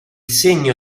segno